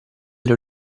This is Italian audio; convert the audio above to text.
alle